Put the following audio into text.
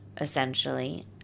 essentially